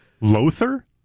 Lothar